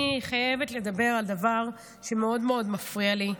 אני חייבת לדבר על דבר שמאוד מאוד מפריע לי.